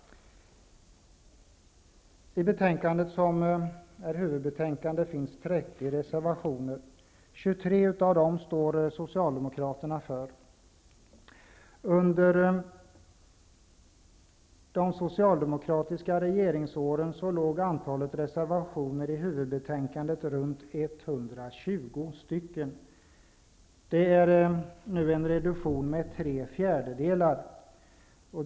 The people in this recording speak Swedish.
I betänkandet, som är huvudbetänkande, finns 30 reservationer. 23 av dem står Socialdemokraterna för. Under de socialdemokratiska regeringsåren låg antalet reservationer i huvudbetänkandet runt 120. Det har nu skett en reduktion med tre fjärdedelar.